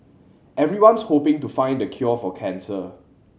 everyone's hoping to find the cure for cancer